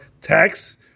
tax